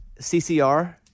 CCR